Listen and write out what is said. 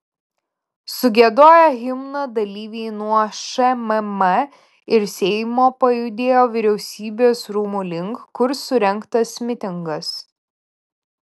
sugiedoję himną dalyviai nuo šmm ir seimo pajudėjo vyriausybės rūmų link kur surengtas mitingas